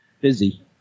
busy